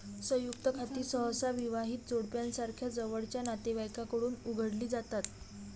संयुक्त खाती सहसा विवाहित जोडप्यासारख्या जवळच्या नातेवाईकांकडून उघडली जातात